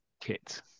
kit